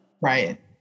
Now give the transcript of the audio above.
Right